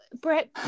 Brett